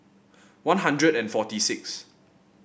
One Hundred and forty six